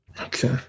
Okay